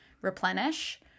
replenish